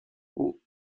aux